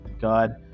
god